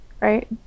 right